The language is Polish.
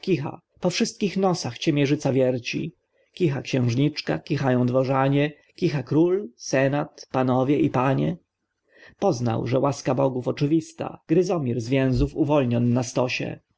po wszystkich nosach ciemierzyca wierci kicha xiężniczka kichają dworzanie kicha król senat panowie i panie poznał że łaska bogów oczywista gryzomir z więzów uwolnion na stosie